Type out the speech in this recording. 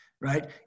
right